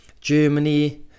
Germany